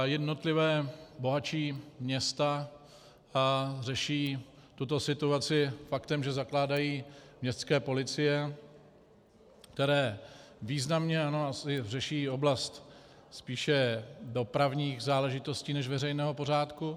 Jednotlivá bohatší města řeší tuto situaci faktem, že zakládají městské policie, které asi významně řeší oblast spíše dopravních záležitostí než veřejného pořádku.